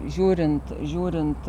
žiūrint žiūrint